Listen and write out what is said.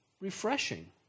refreshing